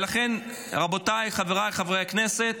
ולכן, רבותיי חברי הכנסת,